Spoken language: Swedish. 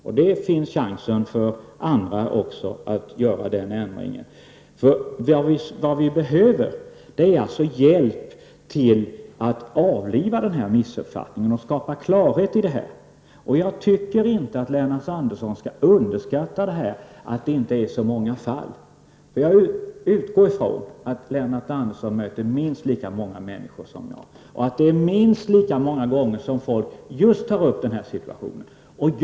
Andra har samma chans att uttala sig för en ändring. Vad vi behöver är alltså att andra hjälper till med att avliva den missuppfattning som här råder, så att klarhet kan skapas. Jag tycker inte att Lennart Andersson skall underskatta antalet fall där man har råkat illa ut. Jag utgår från att Lennart Andersson möter minst lika många människor som jag och att han minst lika många gånger som jag stöter på människor som tar upp sådana här fall.